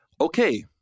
Okay